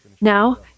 now